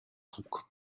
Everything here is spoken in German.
trug